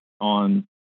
on